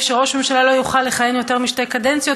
שראש ממשלה לא יוכל לכהן יותר משתי קדנציות,